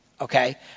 Okay